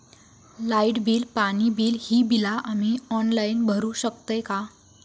Light bill, पाणी bill, ही बिला आम्ही ऑनलाइन भरू शकतय का?